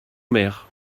mer